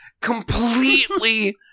Completely